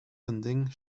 ending